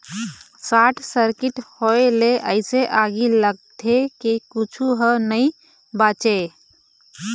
short circuit होए ले अइसे आगी लगथे के कुछू ह नइ बाचय